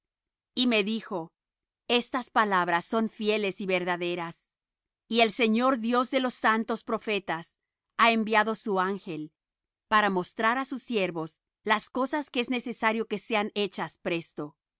y me dijo estas palabras son fieles y verdaderas y el señor dios de los santos profetas ha enviado su ángel para mostrar á sus siervos las cosas que es necesario que sean hechas presto